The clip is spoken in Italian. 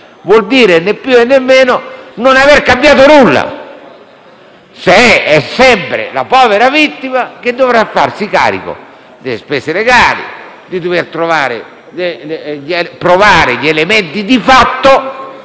vuol dire né più e né meno non aver cambiato alcunché: è sempre la povera vittima che dovrà farsi carico delle spese legali per provare gli elementi di fatto